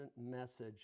message